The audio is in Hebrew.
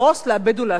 לאבד ולהשמיד.